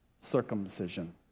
circumcision